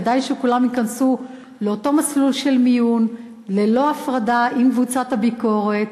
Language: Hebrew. כדאי שכולם ייכנסו לאותו מסלול של מיון ללא הפרדה עם קבוצת הביקורת,